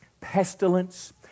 pestilence